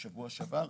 בשבוע שעבר - הנה,